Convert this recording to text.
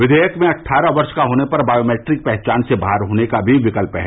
क्षियक में अट्ठारह वर्ष का होने पर बायोमैट्रिक पहचान से बाहर होने का भी विकल्प है